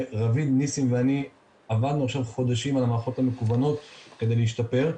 רביד ניסים ואני עבדנו עכשיו חודשים על המערכות המקוונות כדי להשתפר,